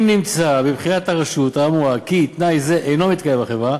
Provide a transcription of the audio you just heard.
אם נמצא בבחינת הרשות האמורה כי תנאי זה אינו מתקיים בחברה,